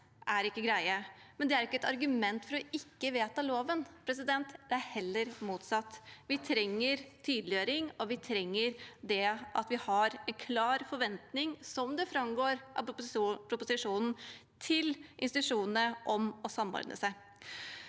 sett, er ikke greie, men det er ikke et argument for ikke å vedta loven. Det er heller motsatt. Vi trenger tydeliggjøring, og vi trenger det at vi har en klar forventning, som det framgår av proposisjonen, til institusjonene om å samordne seg.